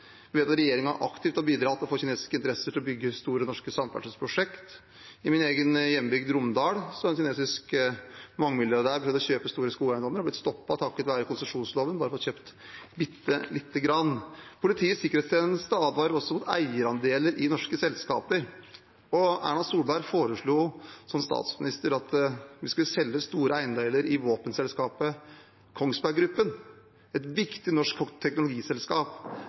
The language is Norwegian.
vet at regjeringen aktivt har bidratt til å få kinesiske interesser til å bygge store norske samferdselsprosjekt. I min egen hjembygd, Romedal, har en kinesisk mangemilliardær prøvd å kjøpe store skogeiendommer. Han har blitt stoppet takket være konsesjonsloven og har bare fått kjøpt bitte lite grann. Politiets sikkerhetstjeneste advarer også mot eierandeler i norske selskaper. Erna Solberg foreslo som statsminister at vi skulle selge store eierandeler i våpenselskapet Kongsberg Gruppen, et viktig norsk teknologiselskap.